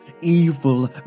evil